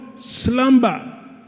slumber